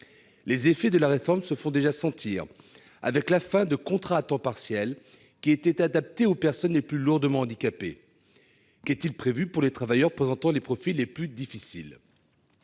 les effets de la réforme se font déjà sentir, avec la fin de contrats à temps partiel adaptés aux personnes les plus lourdement handicapées. Qu'est-il prévu pour les travailleurs présentant les profils les plus difficiles ?